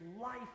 life